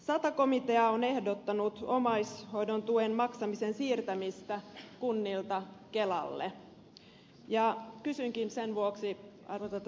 sata komitea on ehdottanut omaishoidon tuen maksamisen siirtämistä kunnilta kelalle ja kysynkin sen vuoksi arvoisalta ministeriltä